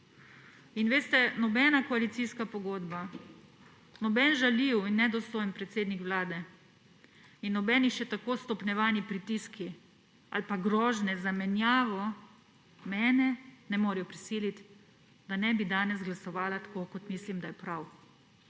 In nobena koalicijska pogodba, noben žaljiv in nedostojen predsednik Vlade in nobeni še tako stopnjevani pritiski ali pa grožnje z zamenjavo mene ne morejo prisiliti, da ne bi danes glasovala tako, kot mislim, da je prav.